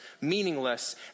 meaningless